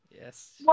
Yes